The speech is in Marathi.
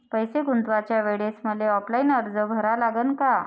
पैसे गुंतवाच्या वेळेसं मले ऑफलाईन अर्ज भरा लागन का?